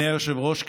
אדוני היושב-ראש,